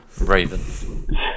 Raven